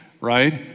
right